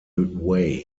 way